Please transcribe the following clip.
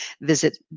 visit